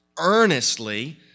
earnestly